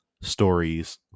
stories